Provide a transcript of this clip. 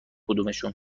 کدومشون